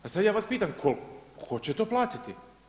Pa sada ja vas pitam, tko će to platiti?